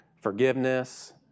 forgiveness